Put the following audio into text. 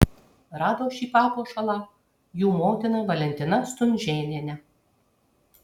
rado šį papuošalą jų motina valentina stunžėnienė